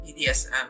BDSM